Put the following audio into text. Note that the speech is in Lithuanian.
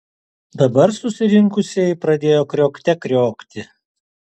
dabar susirinkusieji pradėjo kriokte kriokti